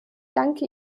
danke